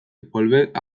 volved